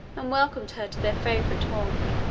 and welcomed her to their favourite haunt